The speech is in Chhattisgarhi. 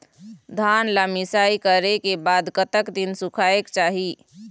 धान ला मिसाई करे के बाद कतक दिन सुखायेक चाही?